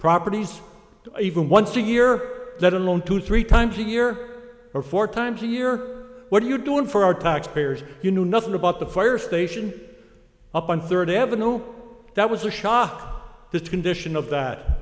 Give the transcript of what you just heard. properties even once a year let alone two three times a year or four times a year what are you doing for our taxpayers you knew nothing about the fire station up on third avenue that was a shock the condition of